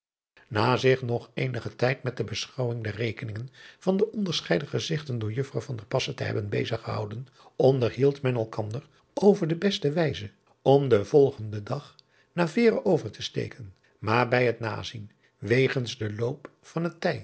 a zich nog eenigen tijd met de beschouwing der reekeningen van de onderscheiden gezigten door uffrouw te hebben bezig gehouden onderhield men elkander over de driaan oosjes zn et leven van illegonda uisman beste wijze om den volgenden dag naar eere over te steken maar bij het nazien wegens den loop van het